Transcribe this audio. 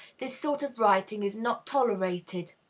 this sort of writing is not tolerated,